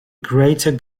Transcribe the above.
greater